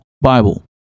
bible